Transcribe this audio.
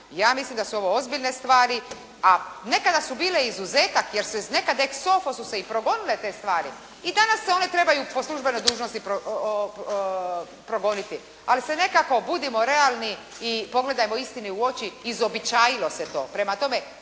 Ja mislim da su ozbiljne stvari, a nekada su bile izuzetak jer se nekad ex ofo su se progonile te stvari. I danas se one trebaju po službenoj dužnosti progoniti ali se nekako budimo realni i pogledajmo istini u oči izobičajilo se to.